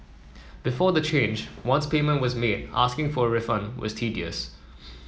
before the change once payment was made asking for a refund was tedious